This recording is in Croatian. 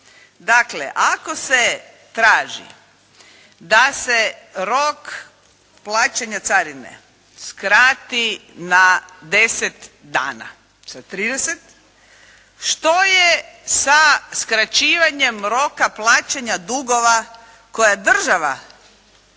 Dakle, ako se traži da se rok plaćanja carine skrati na 10 dana sa 30, što je sa skraćivanjem roka plaćanja dugova koja država